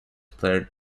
player